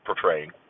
portraying